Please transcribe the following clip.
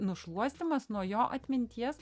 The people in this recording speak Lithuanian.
nušluostymas nuo jo atminties